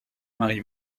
mari